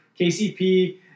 KCP